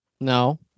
No